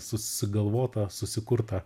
sugalvotą susikurtą